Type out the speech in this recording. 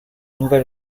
nouvel